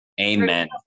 Amen